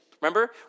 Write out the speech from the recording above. Remember